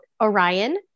Orion